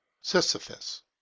Sisyphus